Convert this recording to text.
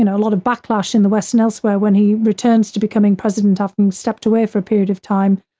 and a lot of backlash in the west and elsewhere when he returns to becoming president often stepped away for a period of time.